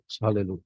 Hallelujah